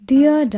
Dear